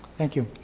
thank you.